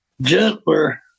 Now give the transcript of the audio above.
gentler